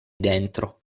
dentro